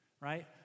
right